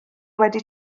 wedi